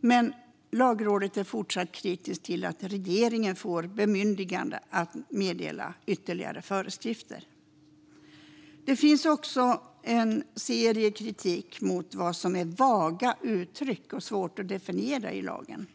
Men Lagrådet är fortsatt kritiskt till att regeringen får bemyndigande att meddela ytterligare föreskrifter. Det finns också kritik mot vad som är vaga uttryck och svårt att definiera i lagen.